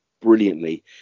brilliantly